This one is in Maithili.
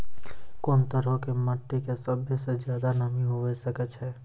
कोन तरहो के मट्टी मे सभ्भे से ज्यादे नमी हुये सकै छै?